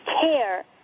care